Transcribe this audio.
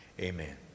Amen